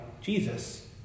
Jesus